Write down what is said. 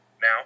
now